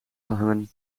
gehangen